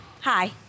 Hi